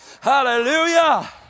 hallelujah